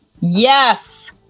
yes